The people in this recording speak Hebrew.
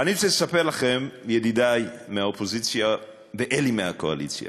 ואני שמח שיש גם באופוזיציה וגם בקואליציה